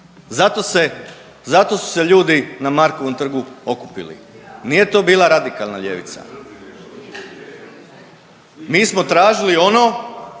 zato su se ljudi na Markovom trgu okupili. Nije to bila radikalna ljevica. Mi smo tražili ono